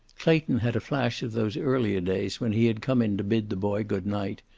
clayton had a flash of those earlier days when he had come in to bid the boy good night,